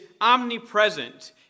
omnipresent